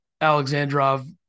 Alexandrov